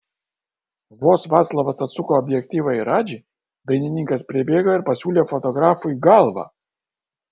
vos vaclovas atsuko objektyvą į radžį dainininkas pribėgo ir pasiūlė fotografui į galvą